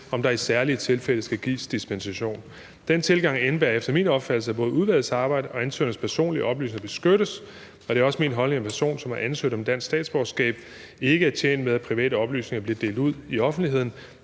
om der i særlige tilfælde skal gives dispensation. Den tilgang indebærer efter min opfattelse, at både udvalgets arbejde og ansøgernes personlige oplysninger beskyttes, og det er også min holdning, at en person, der har ansøgt om dansk statsborgerskab, ikke er tjent med, at private oplysninger bliver delt ud i offentligheden.